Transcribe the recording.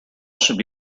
should